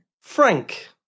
Frank